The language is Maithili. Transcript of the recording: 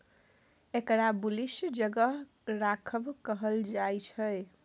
एकरा बुलिश जगह राखब कहल जायछे